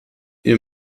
ihr